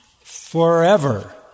forever